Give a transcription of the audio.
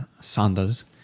Sanders